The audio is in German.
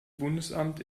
bundesamt